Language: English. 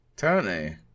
Tony